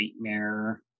nightmare